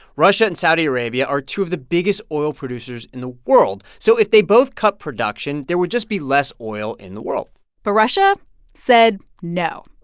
russia and saudi arabia are two of the biggest oil producers in the world. so if they both cut production, there would just be less oil in the world but russia said, no.